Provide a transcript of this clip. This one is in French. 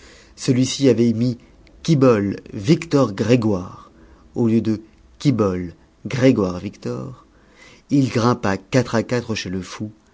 celui-ci avait mis quibolle victor grégoire au lieu de quibolle grégoire victor il grimpa quatre à quatre chez le fou